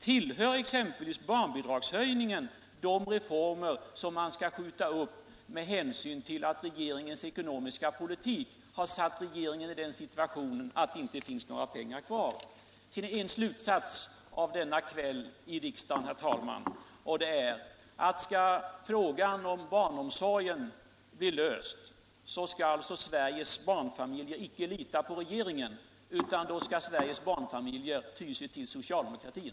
Tillhör exempelvis barnbidragshöjningen de reformer som man skall skjuta upp med hänsyn till att regeringens ekonomiska politik har försatt regeringen i den situationen att det inte finns några pengar kvar? En slutsats av kvällens debatt i kammaren är, herr talman, att skall frågan om barnomsorgen bli löst, så skall Sveriges barnfamiljer icke lita till regeringen, utan då skall de ty sig till socialdemokratin.